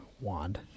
wand